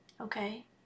okay